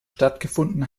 stattgefunden